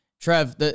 Trev